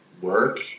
work